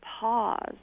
pause